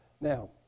Now